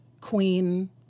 queen